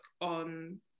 on